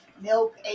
milk